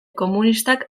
komunistak